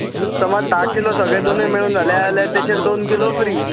समज धा किलो सगळें दोनूय मेळून जाले जाल्यार तेचेर दोन किलो फ्री